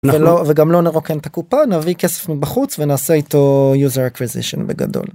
וגם לא נרוקן את הקופה נביא כסף מבחוץ ונעשה איתו user acquisition בגדול.